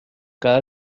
cada